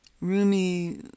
Rumi